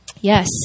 yes